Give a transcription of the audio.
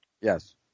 Yes